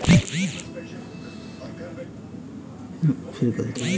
माइक्रोवित्त उ सेवा होला जवन की छोट छोट व्यवसाय के लक्ष्य करेला